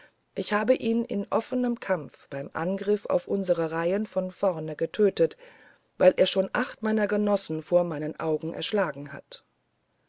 ich habe ihn in offenem kampf beim angriff auf unsere reihen von vorne getötet weil er schon acht meiner genossen vor meinen augen erschlagen hatte